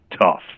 tough